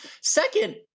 Second